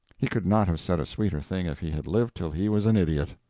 he could not have said a sweeter thing if he had lived till he was an idiot.